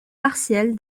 partiel